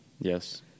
Yes